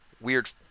weird